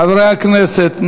חברי הכנסת.